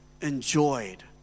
enjoyed